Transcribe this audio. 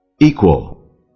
equal